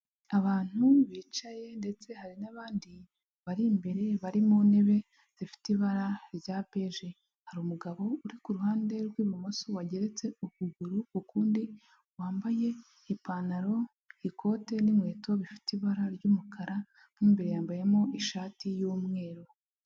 Abantu bicaye ndetse hari n'abandi bari imbere bari mu ntebe zifite ibara rya beje, hari umugabo uri ku ruhande rw'ibumoso wageretse ukuguru ku kundi, wambaye ipantaro, ikote n'inkweto bifite ibara ry'umukara mo imbere yambayemo ishati y'umweru.